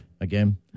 again